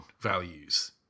values